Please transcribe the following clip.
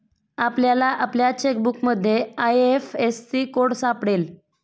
आपल्याला आपल्या चेकबुकमध्ये आय.एफ.एस.सी कोड सापडेल